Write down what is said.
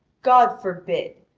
god forbid,